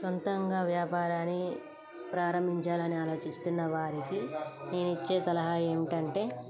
సొంతంగా వ్యాపారాన్ని ప్రారంభించాలని ఆలోచిస్తున్న వారికి నేనిచ్చే సలహా ఏమిటంటే